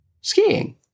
skiing